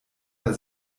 der